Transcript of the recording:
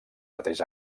mateix